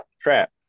trap